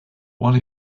one